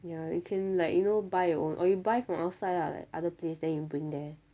ya you can like you know buy your own or you buy from outside lah like other place then you bring there